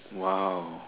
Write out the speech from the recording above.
!wow!